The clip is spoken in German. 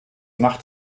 macht